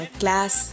class